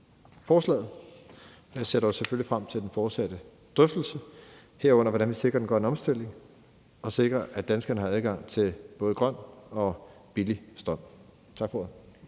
forslaget. Jeg ser dog selvfølgelig frem til den fortsatte drøftelse, herunder om, hvordan vi sikrer den grønne omstilling og sikrer, at danskerne har adgang til både grøn og billig strøm. Tak for